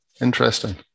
interesting